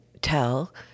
tell